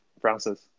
Francis